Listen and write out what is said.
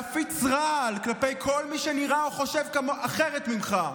להפיץ רעל כלפי כל מי שנראה או חושב אחרת ממך,